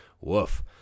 Woof